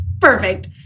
Perfect